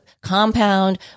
compound